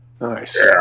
Nice